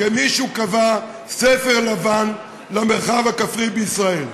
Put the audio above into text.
כי מישהו קבע ספר לבן למרחב הכפרי בישראל.